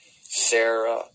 Sarah